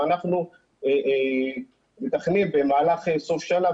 ואנחנו מתכננים במהלך סוף שנה,